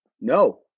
No